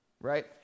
right